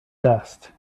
dust